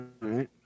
Right